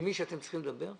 מי שאתם צריכים לדבר.